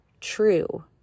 true